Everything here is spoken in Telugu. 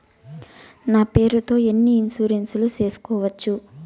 నా పేరుతో ఎన్ని ఇన్సూరెన్సులు సేసుకోవచ్చు?